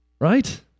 right